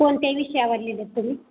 कोणत्या विषयावर लिहिलंत तुम्ही